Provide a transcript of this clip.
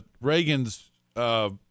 Reagan's